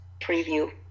preview